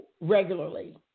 regularly